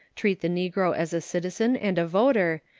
treat the negro as a citizen and a voter,